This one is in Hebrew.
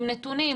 עם נתונים,